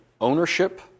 ownership